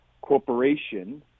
corporation